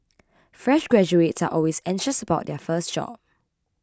fresh graduates are always anxious about their first job